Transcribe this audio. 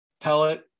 pellet